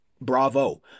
bravo